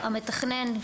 המתכנן,